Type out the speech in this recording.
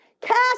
Cast